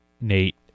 Nate